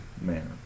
manner